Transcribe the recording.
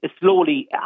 slowly